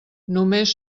només